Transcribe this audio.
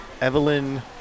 Evelyn